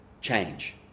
Change